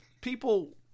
People